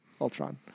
Ultron